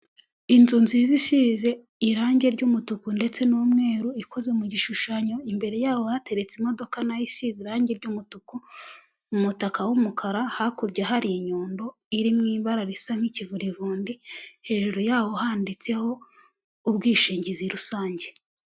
Inzu nziza isize irangi ry'umutuku ndetse n'umweru, ikozwe mu gishushanyo, imbere yaho hateretse imodoka nayo isize irangi ry'umutuku, umutaka w'umukara, hakurya hari inyundo iri mu ibara risa nk'ikivurivundi, hejuru yawo handitseho ubwishingizi rusange.